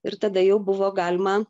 ir tada jau buvo galima